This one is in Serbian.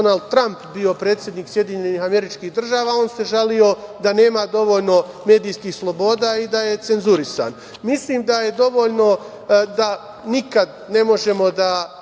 Donald Tramp bio predsednik SAD, on se žalio da nema dovoljno medijskih sloboda i da je cenzurisan. Mislim da je dovoljno da nikad ne možemo da